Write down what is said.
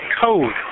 code